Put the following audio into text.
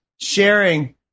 sharing